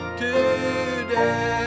today